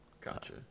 Gotcha